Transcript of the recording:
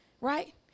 Right